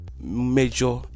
major